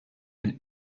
and